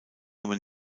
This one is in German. aber